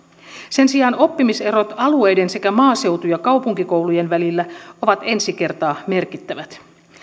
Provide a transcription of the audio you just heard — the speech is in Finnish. sen sijaan oppimiserot alueiden sekä maaseutu ja kaupunkikoulujen välillä ovat ensi kertaa merkittävät